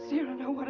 cyrano, but